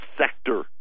sector